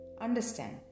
Understand